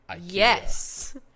yes